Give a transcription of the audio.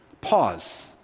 pause